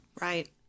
Right